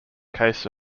case